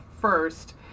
first